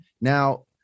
Now